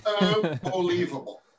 Unbelievable